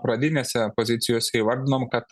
pradinėse pozicijose įvardinom kad